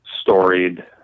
storied